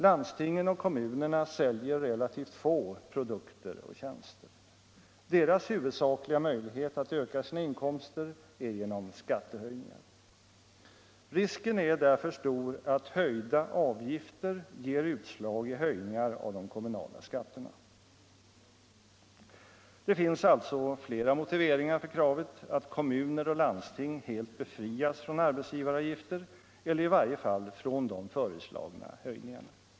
Landstingen och kommunerna säljer relativt få produkter och tjänster. Deras huvudsakliga möjlighet att öka sina inkomster är genom skattehöjningar. Risken är därför stor att höjda avgifter ger utslag i höjningar av de kommunala skatterna. Det finns alltså flera motiveringar för kravet att kommuner och landsting helt befrias från arbetsgivaravgifter eller i varje fall från de föreslagna höjningarna.